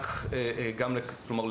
כלומר,